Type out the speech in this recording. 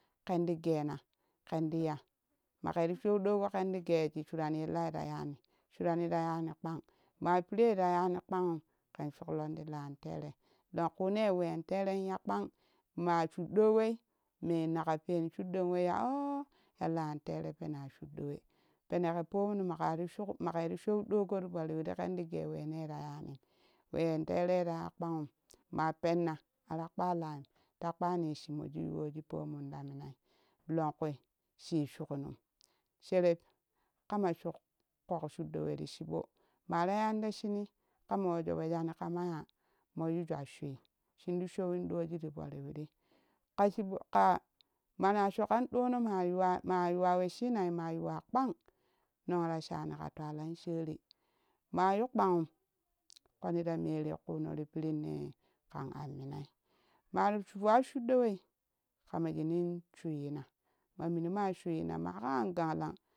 Kenti gena kenti ya makeri show ɗo go ken ti ge shii sharan yera yani shurani ta yani kpaan maa piire ta yani kpanim ken shuklong ti lantere longkune wenteren ya kpan maa shudɗo wei me naka pen shuddon wei a ooh ya lan tere pena shuddo wa pene ke poomon makeri show ɗoo gom ti poo riwiril kenti ge we no ta ya nim wen tere i taza kpanhim ma penna ara kpa laim ta kpani shii shimo yuwo ji pomun ta minai longkuui shii shukinim shereb kama suk koƙƙo shuɗɗowe ri chibo marazam tashuw kama weso wojani kamaya moo ju jwashui shindi showin ɗoji ti po riwirit ka chibo, kaa mana sho kara ɗono maa: maa yuwa we shiinai maa yuwa kpang nong ra shani ka twalan sherii maa yu kpangin koni ra merui ƙono ti piirenne ƙan an minai ma fuwa shuɗɗo wei kama shunin shuizina mamin maa shuina maka an ganglang